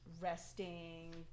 resting